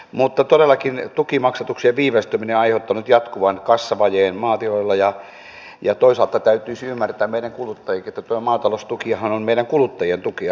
mutta tukimaksatuksien viivästyminen on todellakin aiheuttanut jatkuvan kassavajeen maatiloilla ja toisaalta täytyisi ymmärtää meidän kuluttajienkin että maataloustukihan on meidän kuluttajien tuki